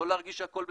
לא להרגיש שהכול בסדר,